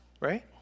right